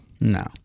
No